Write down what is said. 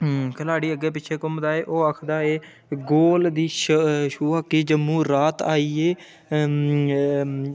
हम्म खिलाड़ी अग्गै पिच्छै घूमदा ऐ ओह् आखदा ऐ कि गोल दी शू शूहाकी जम्मू रात आई जे